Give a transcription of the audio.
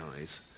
eyes